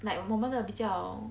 like 我们的比较